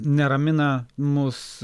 neramina mus